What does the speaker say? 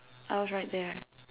I was right there